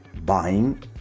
buying